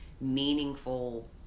meaningful